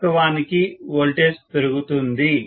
వాస్తవానికి వోల్టేజ్ పెరుగుతుంది